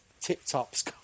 tip-tops